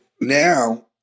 Now